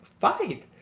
fight